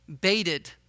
baited